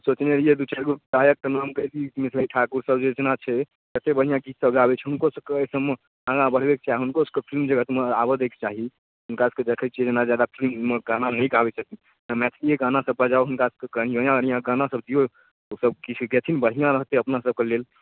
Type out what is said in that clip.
सोचने रहिअइ दू चारिगो गायकके नाम कहती मैथिली ठाकुरसब जे जेना छै कतेक बढ़िआँ गीतसब गाबै छै हुनकोसबके एहिसबमे आगाँ बढ़बैके छै हुनकोसबके फिलिम जगतमे आबऽ दैके चाही हुनकासबके देखै छिए नहि ज्यादा फिलिममे गाना नहि गाबै छथिन मैथिलिए गानासब बजाउ हुनकासबके कहिऔन बढ़िआँ बढ़िआँ गानासब दिऔ ओसब किछु गैथिन बढ़िआँ रहतै अपनासबके लेल